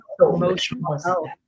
emotional